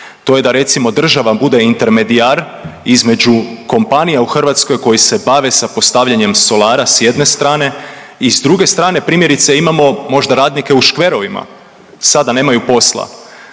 to je da recimo država bude intermedijar između kompanija u Hrvatskoj koji se bave sa postavljanjem solara sa jedne strane i s druge strane primjerice imamo možda radnike u škverovima. Sada nemaju posla,